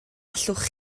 allwch